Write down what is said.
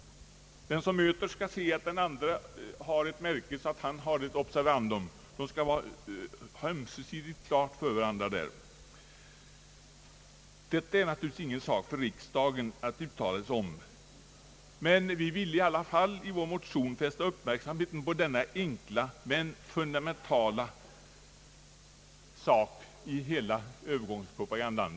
Det skall råda ömsesidig klarhet om att den mötande har ett observandum. Detta är naturligtvis ingenting för riksdagen att uttala sig om, men vi ville i vår motion fästa uppmärksamheten på denna enkla men fundamentala sak i övergångspropagandan.